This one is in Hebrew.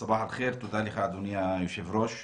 סבאח אל ח'יר, תודה לך, אדוני היושב ראש.